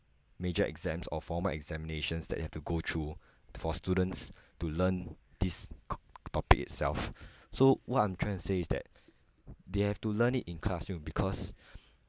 major exams or formal examinations that you have to go through for students to learn this topic itself so what I'm trying to say is that they have to learn it in classroom because